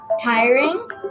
Tiring